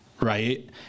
right